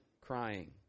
crying